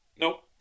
Nope